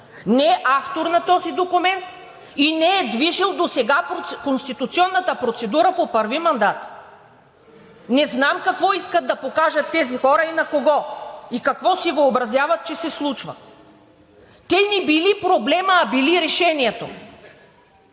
не е автор на този документ и не е движил досега конституционната процедура по първи мандат. Не знам какво искат да покажат тези хора и на кого! И какво си въобразяват, че се случва! Те не били проблемът, а били решението!